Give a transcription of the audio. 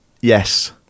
Yes